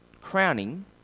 crowning